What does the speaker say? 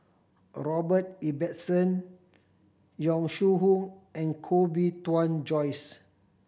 Robert Ibbetson Yong Shu Hoong and Koh Bee Tuan Joyce